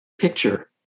picture